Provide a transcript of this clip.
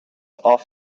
off